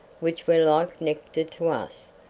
which were like nectar to us,